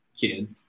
kid